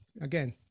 again